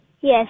Yes